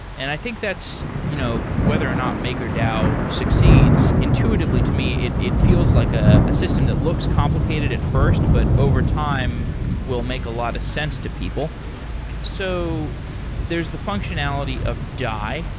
and i think that's you know whether or not makerdao succeeds, intuitively to me, it it feels like ah a system that looks complicated at first, but over time will make a lot of sense to people so there's the functionality of dai,